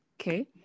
Okay